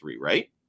right